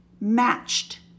matched